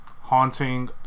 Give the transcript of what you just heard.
Haunting